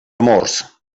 amors